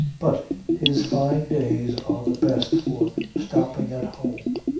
but his fine days are the best for stopping at home,